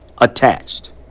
attached